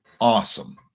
awesome